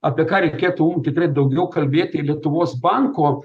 apie ką reikėtų mum tikrai daugiau kalbėti lietuvos banko